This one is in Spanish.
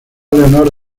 leonor